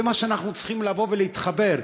זה מה שאנחנו צריכים להתחבר אליו.